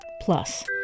plus